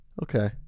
Okay